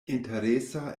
interesa